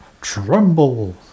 tremble